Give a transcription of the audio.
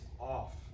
off